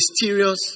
mysterious